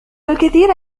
الكثير